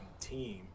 team